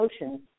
emotions